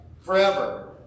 forever